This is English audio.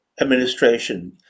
administration